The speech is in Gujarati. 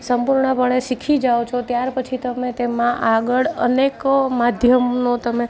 સંપૂર્ણ પણે શીખી જાઓ છો ત્યારપછી તમે તેમાં આગળ અનેક માધ્યમનો તમે